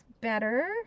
better